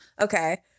Okay